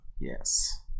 Yes